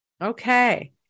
Okay